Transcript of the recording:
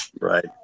Right